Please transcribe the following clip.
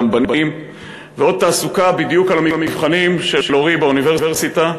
ועוד תעסוקה בדיוק על המבחנים של אורי באוניברסיטה.